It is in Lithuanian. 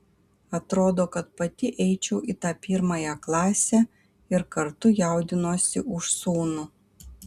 atrodo kad pati eičiau į tą pirmąją klasę ir kartu jaudinuosi už sūnų